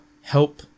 help